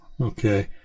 Okay